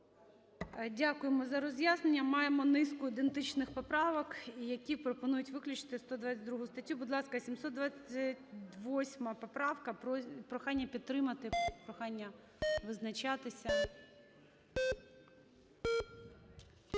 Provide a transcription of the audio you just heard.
Дякуємо за роз'яснення. Маємо низку ідентичних поправок, які пропонують виключити 122 статтю. Будь ласка, 728 поправка, прохання підтримати, прохання визначатися.